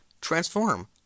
Transform